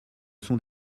sont